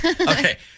okay